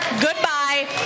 Goodbye